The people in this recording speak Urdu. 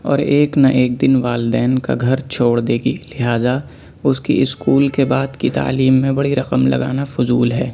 اور ایک نہ ایک دن والدین کا گھر چھوڑ دے گی لہٰذا اس کی اسکول کے بعد کی تعلیم میں بڑی رقم لگانا فضول ہے